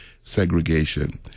segregation